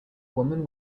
woman